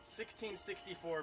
1664